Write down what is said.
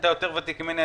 אתה יותר ותיק ממני,